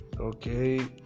Okay